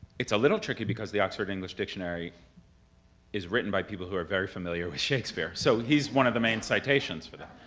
it's a little tricky, because the oxford english dictionary is written by people who are very familiar with shakespeare, so he's one of the main citations for that.